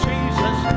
Jesus